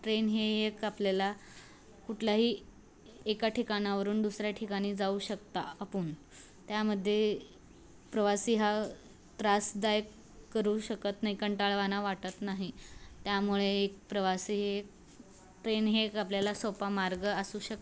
train हे एक आपल्याला कुठलाही एका ठिकाणावरून दुसऱ्या ठिकाणी जाऊ शकता आपण त्यामध्ये प्रवासी हा त्रासदायक करू शकत नाही कंटाळवाण वाटत नाही त्यामुळे एक प्रवासी हे ट्रेन हे एक आपल्याला सोपा मार्ग असू शकता